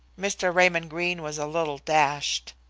mr. raymond greene was a little dashed.